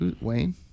Wayne